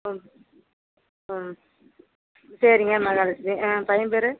ம் ம் சரிங்க மகாலட்சுமி ஆ பையன் பேர்